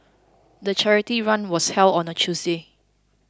the charity run was held on a Tuesday